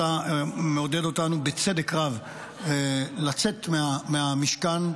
אתה מעודד אותנו בצדק רב לצאת מהמשכן,